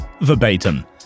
verbatim